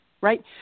right